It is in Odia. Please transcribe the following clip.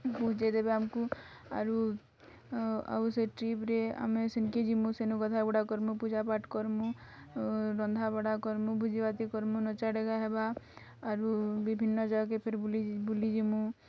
ପହଁଞ୍ଚେଇଦେବେ ଆମ୍କୁ ଆରୁ ଆଉ ସେ ଟ୍ରିପ୍ରେ ଆମେ ସେନ୍କେ ଯିମୁଁ ସେନୁ ପୂଜାପାଠ୍ କର୍ମୁଁ ରନ୍ଧାବଢ଼ା କର୍ମୁଁ ଭୋଜିଭାତ୍ ଭି କର୍ମୁଁ ନଚାଡ଼େଗା ହେବା ଆରୁ ବିଭିନ୍ନ ଜାଗାକେ ଫେର୍ ବୁଲିଯିମୁଁ